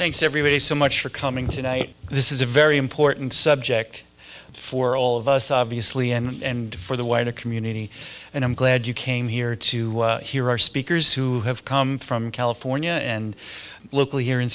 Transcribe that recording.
thanks everybody so much for coming tonight this is a very important subject for all of us obviously and for the wider community and i'm glad you came here to hear our speakers who have come from california and locally